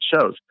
shows